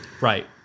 right